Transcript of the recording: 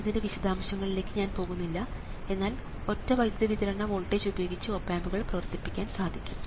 ഇതിൻറെ വിശദാംശങ്ങളിലേക്ക് ഞാൻ പോകുന്നില്ല എന്നാൽ ഒറ്റ വൈദ്യുത വിതരണ വോൾട്ടേജ് ഉപയോഗിച്ച് ഓപ് ആമ്പുകൾ പ്രവർത്തിപ്പിക്കാൻ സാധിക്കും